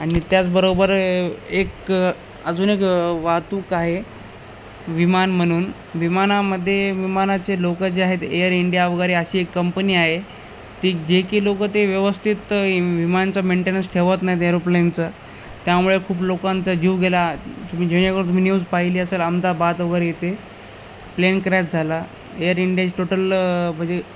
आणि त्याचबरोबर एक अजून एक वाहतूक आहे विमान म्हणून विमानामध्येे विमानाचे लोकं जे आहेत एअर इंडिया वगैरे अशी एक कंपनी आहे ती जे की लोकं ते व्यवस्थित विमानचां मेंटेन्स ठेवत नाहीत एरोप्लेनचं त्यामुळे खूप लोकांचा जीव गेला तुम्ही जियेवर तुम्ही न्यूज पाहिली असेल अह्मदाबादात वगैरे येते प्लेन क्रॅच झाला एअर इंडिया टोटल म्हणजे